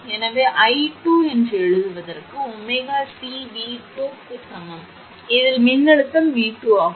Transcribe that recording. எனவே 𝑖2 நாம் எழுதுவதற்கு 𝜔𝐶𝑉2 க்கு சமம் இதில் மின்னழுத்தம் 𝑉2 ஆகும்